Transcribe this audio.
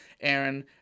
Aaron